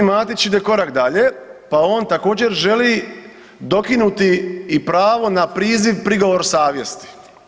G. Matić ide korak dalje pa on također želi dokinuti i pravo na priziv prigovor savjesti.